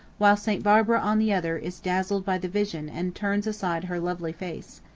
while st. barbara on the other is dazzled by the vision and turns aside her lovely face.